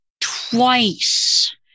twice